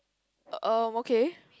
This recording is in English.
erm okay